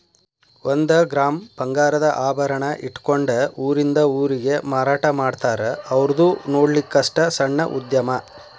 ಒಂದ ಗ್ರಾಮ್ ಬಂಗಾರದ ಆಭರಣಾ ಇಟ್ಕೊಂಡ ಊರಿಂದ ಊರಿಗೆ ಮಾರಾಟಾಮಾಡ್ತಾರ ಔರ್ದು ನೊಡ್ಲಿಕ್ಕಸ್ಟ ಸಣ್ಣ ಉದ್ಯಮಾ